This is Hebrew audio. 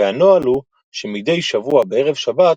והנוהל הוא שמדי שבוע בערב שבת